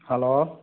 hello